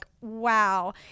wow